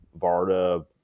Varda